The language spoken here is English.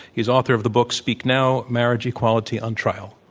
he's author of the book, speak now marriage equality on trial.